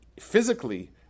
physically